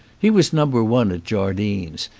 he was number one at jardine's,